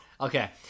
Okay